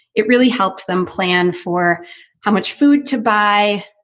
it really helps them plan for how much food to buy.